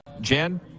Jen